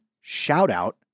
shout-out